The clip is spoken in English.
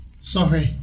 sorry